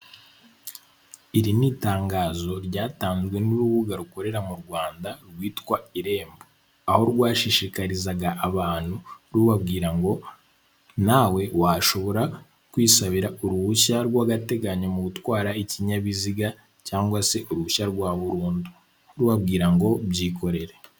Iri ni itangazo ryatanzwe n'urubuga rukorera mu Rwanda rwitwa irembo, aho rwashishikarizaga abantu rubabwira ngo" nawe washobora kwisabira uruhushya rw'agateganyo mu gutwara ikinyabiziga cyangwa se uruhushya rwa burundu, rubabwira ngo byikorere.